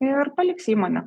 ir paliks įmonę